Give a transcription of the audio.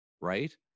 Right